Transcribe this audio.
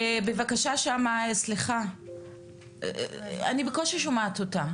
סליחה שם, בבקשה, אני בקושי שומעת אותה.